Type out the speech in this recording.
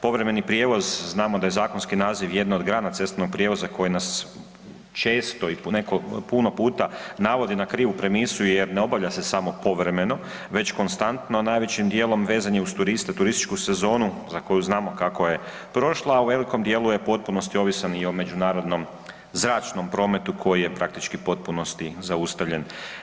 Povremeni prijevoz znamo da je zakonski naziv jedna od grana cestovnog prijevoza koji nas često i po puno puta navodi na krivu premisu jer ne obavlja se samo povremeno već konstantno, najvećim djelom vezan je uz turiste, turističku sezonu za koju znamo kako je prošla a u velikom djelu je u potpunosti ovisan i o međunarodnom zračnom prometu koji je praktički u potpunosti zaustavljen.